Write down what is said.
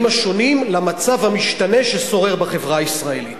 השונים למצב המשתנה ששורר בחברה הישראלית.